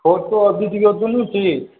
photo आ video दुनू चीज